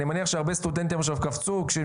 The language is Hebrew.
אני מניח שהרבה סטודנטים עכשיו קפצו כשהם